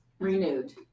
Renewed